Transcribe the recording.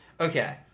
Okay